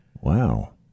Wow